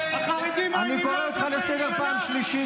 אני קורא אותך לסדר פעם ראשונה.